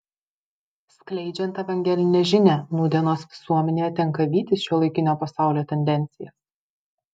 skleidžiant evangelinę žinią nūdienos visuomenėje tenka vytis šiuolaikinio pasaulio tendencijas